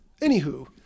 Anywho